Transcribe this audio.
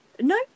No